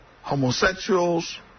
homosexuals